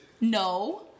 No